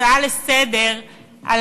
הצעה לסדר-היום,